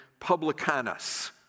publicanus